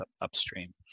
upstream